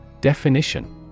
Definition